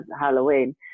Halloween